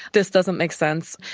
this doesn't make sense.